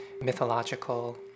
mythological